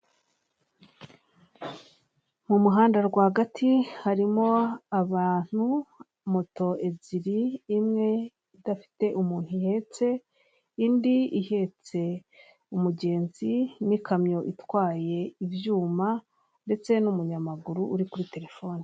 Umu motari uparitse impande y'umuhanda, akaba ahetse agakarito gasa ibara ry'icyatsi kanditseho, vuba vuba nk'imwe muri sosiyete ifasha abantu kugezwaho amafunguro ndetse n'ibyo kurya mu buryo bwihuse. Impande yiwe hakaba hari icyapa cyanditseho kivu marina bayi hoteri, ndetse n'indabyo ngufiya iruhande rwe.